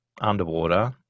underwater